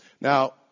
Now